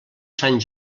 sant